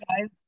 guys